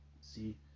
see